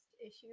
issues